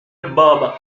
barbe